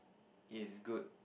is good